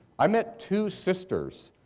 i met two sisters,